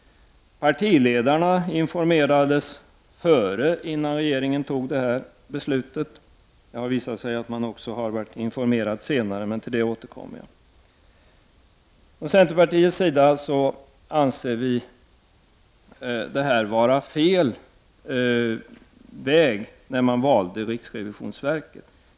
Partiledarna informerades innan regeringen fattade det här beslutet. Det har visat sig att man också blivit informerad senare, men till det återkommer jag. Från centerpartiets sida anser vi att det var fel väg när man valde riksrevisionsverket.